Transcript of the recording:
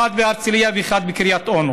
אחד בהרצליה ואחד בקריית אונו.